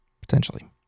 potentially